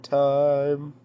time